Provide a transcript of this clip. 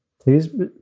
please